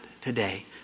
today